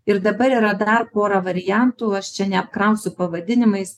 ir dabar yra dar pora variantų aš čia neapkrausiu pavadinimais